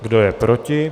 Kdo je proti?